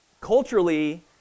Culturally